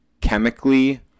chemically